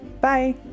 Bye